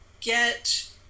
get